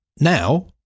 now